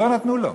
ולא נתנו לו.